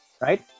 Right